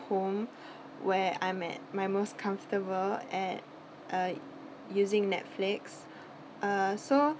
home where I'm at my most comfortable at uh using Netflix uh so